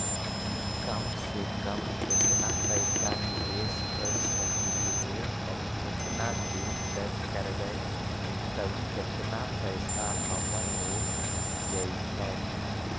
कम से कम केतना पैसा निबेस कर सकली हे और केतना दिन तक करबै तब केतना पैसा हमर हो जइतै?